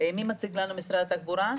משרד התחבורה,